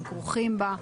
הם כרוכים בה.